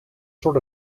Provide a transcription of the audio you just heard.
sort